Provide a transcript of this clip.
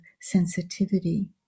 sensitivity